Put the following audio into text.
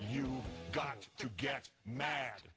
you got to get mad